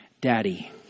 daddy